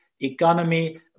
economy